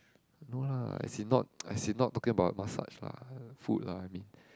no lah as in not as in not talking about massage lah food I mean